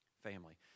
Family